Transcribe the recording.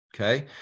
Okay